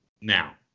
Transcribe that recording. Now